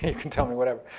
ah can tell me whatever.